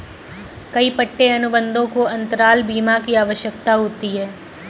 कई पट्टे अनुबंधों को अंतराल बीमा की आवश्यकता होती है